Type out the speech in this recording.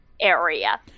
area